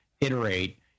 iterate